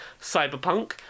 Cyberpunk